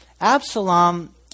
Absalom